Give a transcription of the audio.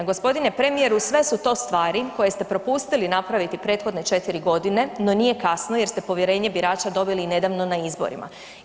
Gospodine premijeru, sve su to stvari koje ste propustili napraviti prethodne 4.g., no nije kasno jer ste povjerenje birača dobili nedavno na izborima.